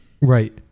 right